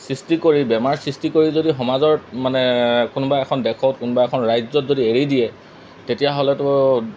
সৃষ্টি কৰি বেমাৰ সৃষ্টি কৰি যদি সমাজত মানে কোনোবা এখন দেশত কোনোবা এখন ৰাজ্যত যদি এৰি দিয়ে তেতিয়াহ'লেতো